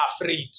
afraid